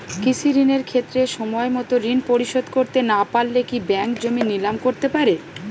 কৃষিঋণের ক্ষেত্রে সময়মত ঋণ পরিশোধ করতে না পারলে কি ব্যাঙ্ক জমি নিলাম করতে পারে?